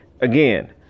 again